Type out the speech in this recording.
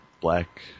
black